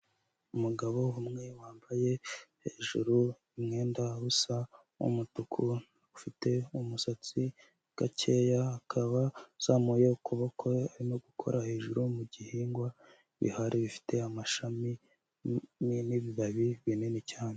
Umugabo umwe wambaye hejuru umwenda usa umutuku, ufite umusatsi gakeya, akaba uzamuye ukuboko arimo gukora hejuru mu gihingwa bihari bifite amashami n'ibibabi binini cyane.